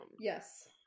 Yes